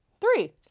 three